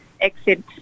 exit